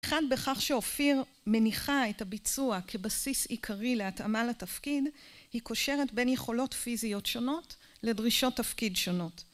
אחד בכך שאופיר מניחה את הביצוע כבסיס עיקרי להתאמה לתפקיד, היא קושרת בין יכולות פיזיות שונות לדרישות תפקיד שונות